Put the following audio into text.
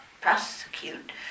prosecute